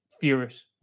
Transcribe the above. furious